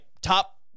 top